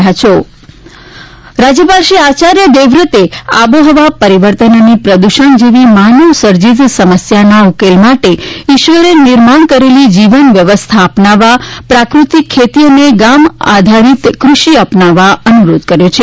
રાજયપાલ રાજયપાલ શ્રી આચાર્ય દેવવ્રતે આબોહવા પરિવર્તન અને પ્રદ્ધષણ જેવી માનવ સર્જીત સમસ્યાના ઉકેલ માટે ઈશ્વરે નિર્માણ કરેલી જીવન વ્યવસ્થા અપનાવવા પ્રાકૃતિક ખેતી અને ગામ આધારીત કૃષિ અપનાવવા અનુરોધ કર્યો છે